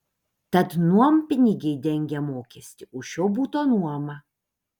tad nuompinigiai dengia mokestį už šio buto nuomą